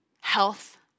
health